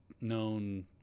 known